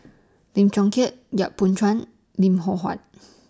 Lim Chong Keat Yap Boon Chuan Lim Loh Huat